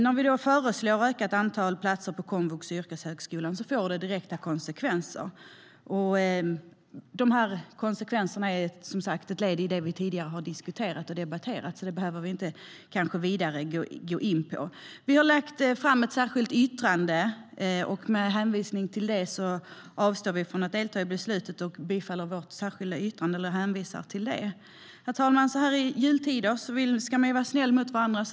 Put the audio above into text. När vi föreslår ökat antal platser på komvux och yrkeshögskolan får det direkta konsekvenser. De konsekvenserna är som sagt ett led i det vi tidigare har diskuterat och debatterat, så det behöver vi kanske inte gå in på vidare. Vi har lagt fram ett särskilt yttrande, och med hänvisning till det avstår vi från att delta i beslutet. Herr talman! Så här i jultider ska vi vara snälla mot varandra.